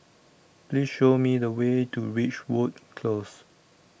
Please Show Me The Way to Ridgewood Close